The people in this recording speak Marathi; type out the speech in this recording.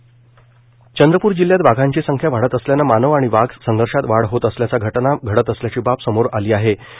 अभ्यासगट चंद्रप्र चंद्रपूर जिल्ह्यात वाघांची संख्या वाढत असल्यानं मानव आणि वाघ संघर्षात वाढ होत असल्याच्या घटना घडत असल्याची बाब समोर आली होती